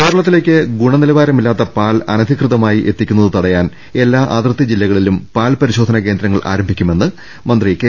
കേരളത്തിലേക്ക് ഗുണനിലവാരമില്ലാത്ത പാൽ അനധികൃ തമായി എത്തിക്കുന്നത് തടയാൻ എല്ലാ അതിർത്തി ജില്ലക ളിലും പാൽ പരിശോധനാ കേന്ദ്രങ്ങൾ ആരംഭിക്കുമെന്ന് മന്ത്രി കെ